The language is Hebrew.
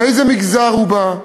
מאיזה מגזר הוא בא,